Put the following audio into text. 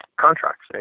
contracts